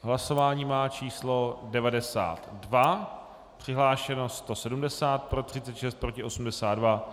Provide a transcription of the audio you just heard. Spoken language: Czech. Hlasování má číslo 92, přihlášeno 170, pro 36, proti 82.